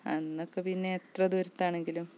അന്നൊക്കെ പിന്നെ എത്ര ദൂരത്താണെങ്കിലും